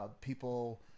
people